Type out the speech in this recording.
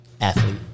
athlete